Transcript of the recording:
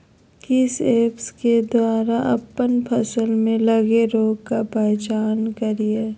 किस ऐप्स के द्वारा अप्पन फसल में लगे रोग का पहचान करिय?